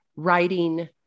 writing